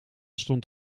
stond